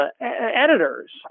editors